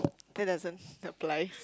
that doesn't apply